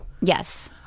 yes